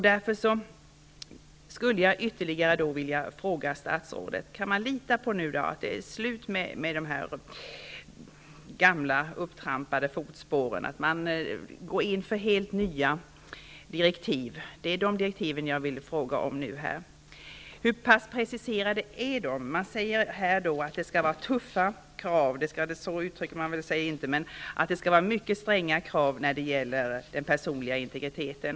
Därför skulle jag vilja ställa några frågor till statsrådet. Kan man nu lita på att det är slut med dessa gamla upptrampade fotspår och att man nu går in för helt nya direktiv? Och hur pass preciserade är dessa direktiv? Det sägs i svaret att det skall ställas höga krav när det gäller den personliga integriteten.